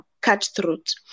cutthroat